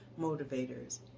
motivators